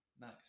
nice